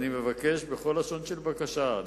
אני מבקש בכל לשון של בקשה,